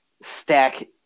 stack